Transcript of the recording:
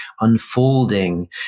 unfolding